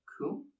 Cool